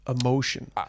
emotion